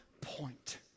point